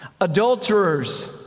adulterers